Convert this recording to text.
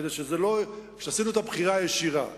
כשעשינו את הבחירה הישירה,